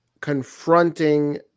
confronting